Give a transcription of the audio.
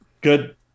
good